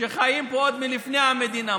שחיים פה עוד לפני המדינה.